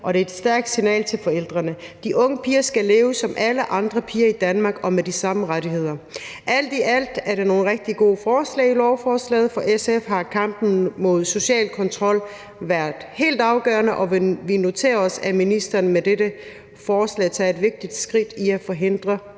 det er et stærkt signal til forældrene. De unge piger skal leve som alle andre piger i Danmark og med de samme rettigheder. Alt i alt er det nogle rigtig gode forslag, der er i lovforslaget. For SF har kampen mod social kontrol været helt afgørende, og vi noterer os, at ministeren med dette forslag tager et vigtigt skridt i retning